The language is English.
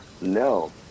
no